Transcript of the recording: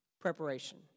preparation